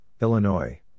Illinois